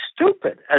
stupid